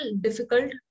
difficult